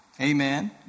Amen